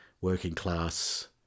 working-class